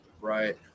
right